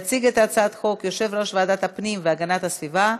התשע"ז 2017. יציג את הצעת החוק יושב-ראש ועדת הפנים והגנת הסביבה,